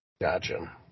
Gotcha